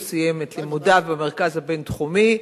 הוא סיים את לימודיו במרכז הבין-תחומי,